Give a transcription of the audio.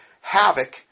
havoc